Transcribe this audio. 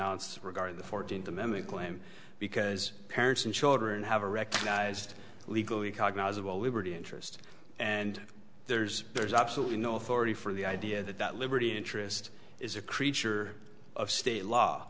ounced regarding the fourteenth amendment claim because parents and children have a recognized legally cognizable liberty interest and there's there's absolutely no authority for the idea that that liberty interest is a creature of state law